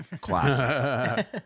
classic